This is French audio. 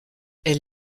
elle